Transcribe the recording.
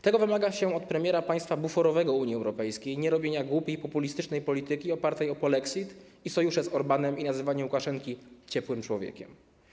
Tego wymaga się od premiera państwa buforowego Unii Europejskiej, a nie robienia głupiej, populistycznej polityki opartej na polexicie, sojuszach z Orbánem i nazywaniu Łukaszenki ciepłym człowiekiem.